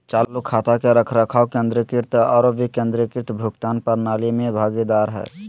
चालू खाता के रखरखाव केंद्रीकृत आरो विकेंद्रीकृत भुगतान प्रणाली में भागीदार हइ